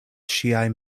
ŝiaj